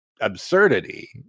absurdity